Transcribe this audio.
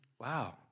wow